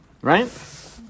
right